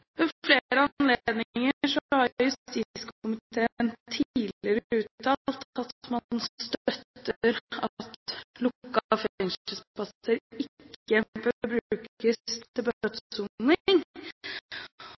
anledninger har justiskomiteen tidligere uttalt at man støtter at lukkede fengselsplasser ikke bør brukes til